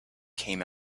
came